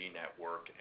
network